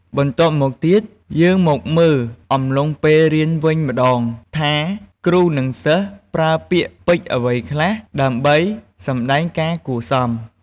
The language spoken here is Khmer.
បន្ទាប់មកទៀត យើងមកមើលអំឡុងពេលរៀនវិញម្ដង ថាគ្រូ និងសិស្សប្រើពាក្យពេចន៍អ្វីខ្លះ ដើម្បីសម្ដែងការគួរសម។